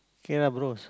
K lah bros